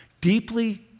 deeply